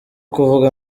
kuvuga